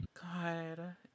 God